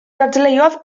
dadleuodd